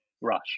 rush